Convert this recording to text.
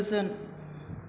गोजोन